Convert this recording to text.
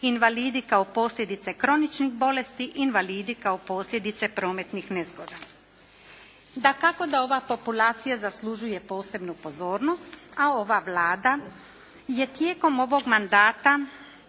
invalidi kao posljedice kroničnih bolesti, invalidi kao posljedice prometnih nezgoda. Dakako da ova populacija zaslužuje posebnu pozornost a ova Vlada je tijekom ovog mandata